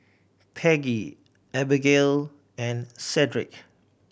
Peggie Abigayle and Sedrick